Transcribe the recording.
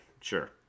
sure